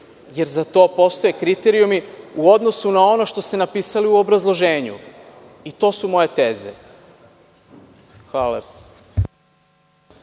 jer za to postoje kriterijumi u odnosu na ono što ste napisali u obrazloženju. To su moje teze. Hvala.